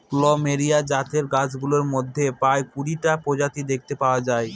plumeria জাতের গাছগুলোর মধ্যে প্রায় কুড়িটা প্রজাতি দেখতে পাওয়া যায়